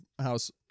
house